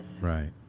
Right